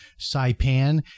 Saipan